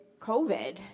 COVID